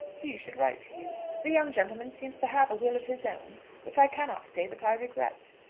he should write to you. the young gentleman seems to have a will of his own which i cannot say that i regret.